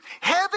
Heavy